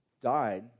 died